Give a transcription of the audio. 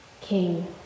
king